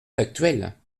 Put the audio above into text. factuelle